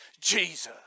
Jesus